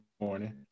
morning